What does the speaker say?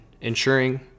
ensuring